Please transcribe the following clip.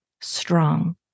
strong